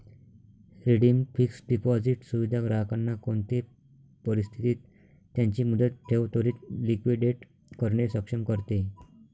redeemed fixed deposit सुविधा ग्राहकांना कोणते परिस्थितीत त्यांची मुदत ठेव त्वरीत लिक्विडेट करणे सक्षम करते